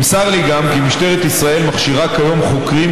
נמסר לי גם כי משטרת ישראל מכשירה כיום חוקרים